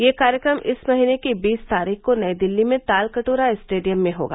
यह कार्यक्रम इस महीने की बीस तारीख को नई दिल्ली में तालकटोरा स्टेडियम में होगा